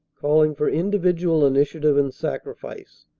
calling for individual initiative and sacrifice,